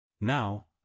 Now